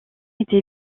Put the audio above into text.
été